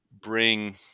bring